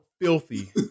filthy